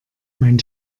mein